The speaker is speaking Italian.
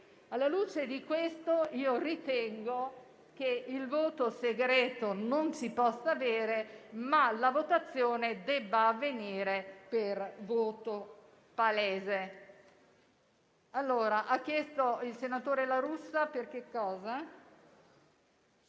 Alla luce di questo io ritengo che il voto segreto non si possa avere e che la votazione debba avvenire per voto palese.